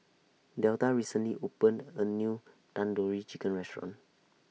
Delta recently opened A New Tandoori Chicken Restaurant